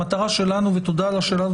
המטרה שלנו ותודה על השאלה הזו,